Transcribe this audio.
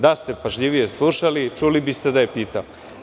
Da ste pažljivije slušali, čuli biste da je pitao.